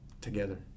together